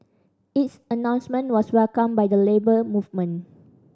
its announcement was welcomed by the Labour Movement